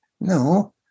No